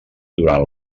durant